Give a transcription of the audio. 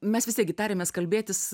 mes vis tiek gi tarėmės kalbėtis